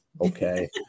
Okay